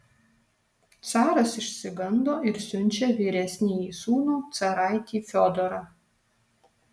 caras išsigando ir siunčia vyresnįjį sūnų caraitį fiodorą